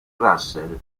russell